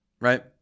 right